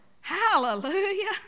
Hallelujah